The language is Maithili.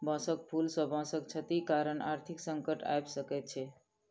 बांसक फूल सॅ बांसक क्षति कारण आर्थिक संकट आइब सकै छै